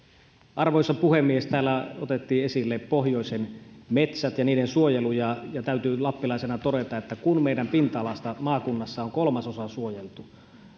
arvoisa puhemies täällä otettiin esille pohjoisen metsät ja niiden suojelu täytyy lappilaisena todeta että kun meidän maakunnassamme pinta alasta on kolmasosa suojeltu